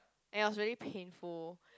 and it was really painful